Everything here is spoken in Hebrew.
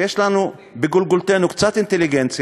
ויש לנו בגולגולתנו קצת אינטליגנציה,